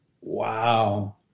Wow